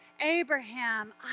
Abraham